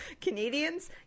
Canadians